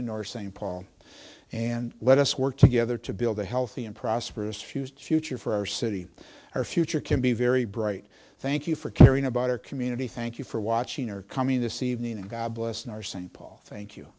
in our st paul and let us work together to build a healthy and prosperous fused future for our city our future can be very bright thank you for caring about our community thank you for watching or coming this evening and god bless in our st paul thank you